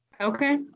okay